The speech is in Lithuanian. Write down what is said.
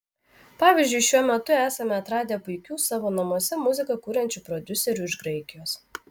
pavyzdžiui šiuo metu esame atradę puikių savo namuose muziką kuriančių prodiuserių iš graikijos